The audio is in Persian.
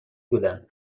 بودن